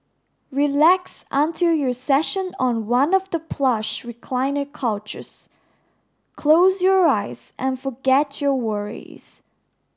relax until your session on one of the plush recliner couches close your eyes and forget your worries